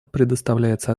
предоставляется